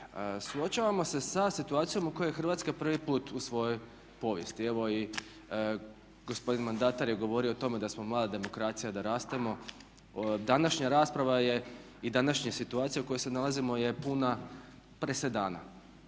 Suočavamo se sa situacijom u kojoj je Hrvatska prvi put u svojoj povijesti. Evo i gospodin mandatar je govorio o tome da smo mlada demokracija, da rastemo. Današnja rasprava je i današnja situacija u kojoj se nalazimo je puna presedana.